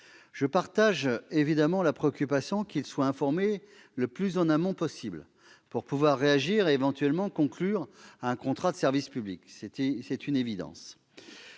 Je partage évidemment la préoccupation qu'ils soient informés le plus en amont possible, pour pouvoir réagir et, éventuellement, conclure un contrat de service public. C'est une évidence.